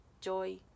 joy